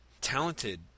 talented